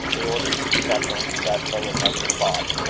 they ordered some supper, and sat till eleven o'clock.